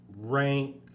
rank